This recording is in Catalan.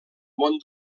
món